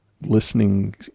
listening